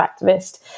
activist